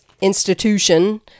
institution